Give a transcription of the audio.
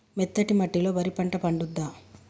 మెత్తటి మట్టిలో వరి పంట పండుద్దా?